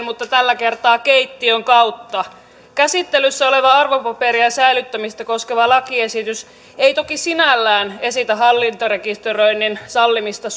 mutta tällä kertaa keittiön kautta käsittelyssä oleva arvopaperien säilyttämistä koskeva lakiesitys ei toki sinällään esitä hallintarekisteröinnin sallimista